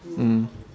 mm